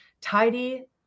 tidy